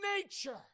nature